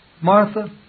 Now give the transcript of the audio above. Martha